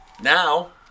Now